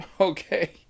okay